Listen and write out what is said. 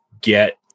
get